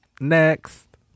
Next